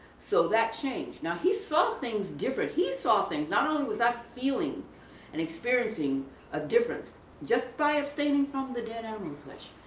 so that changed. now he saw things different. he saw things. not only was i feel and experiencing a difference, just by abstaining from the dead animal flesh.